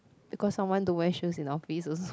because someone don't wear shoes in office also